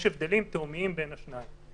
יש הבדלים תהומיים בין השניים.